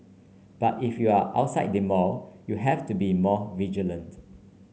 but if you are outside the mall you have to be more vigilant